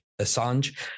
Assange